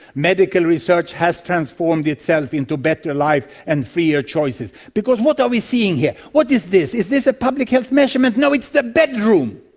medical research has transformed itself into better life and freer choices, because what are we seeing here, what is this? is this a public health measurement? no, it's the bedroom,